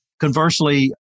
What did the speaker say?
conversely